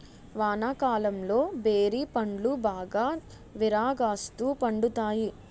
వానాకాలంలో బేరి పండ్లు బాగా విరాగాస్తు పండుతాయి